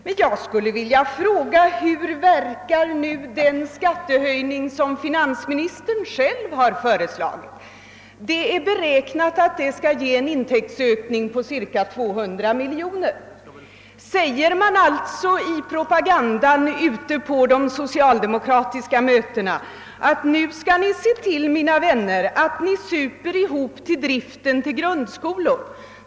Jag skulle vilja fråga herr Kristenson: Hur verkar nu den skattehöjning som finansministern själv har föreslagit? Finansministerns förslag beräknas ge en inkomstökning på cirka 200 miljoner kronor. Säger då socialdemokraterna i propagandan ute på sina möten: Nu mina vänner skall ni se till att ni super ihop till driften av grundskolor?